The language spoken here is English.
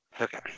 Okay